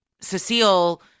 Cecile